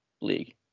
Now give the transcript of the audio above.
league